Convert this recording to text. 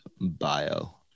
bio